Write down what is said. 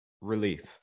relief